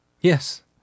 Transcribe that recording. Yes